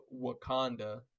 Wakanda